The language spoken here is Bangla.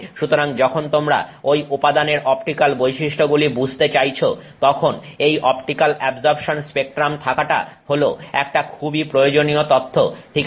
সুতরাং যখন তোমরা ঐ উপাদানের অপটিক্যাল বৈশিষ্ট্যগুলি বুঝতে চাইছো তখন এই অপটিক্যাল অ্যাবজর্পশন স্পেক্ট্রাম থাকাটা হলো একটা খুবই প্রয়োজনীয় তথ্য ঠিক আছে